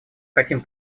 хотим